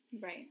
Right